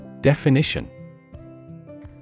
Definition